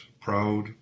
proud